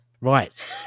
Right